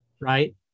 right